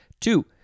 Two